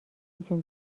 جون